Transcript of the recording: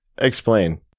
Explain